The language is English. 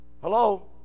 Hello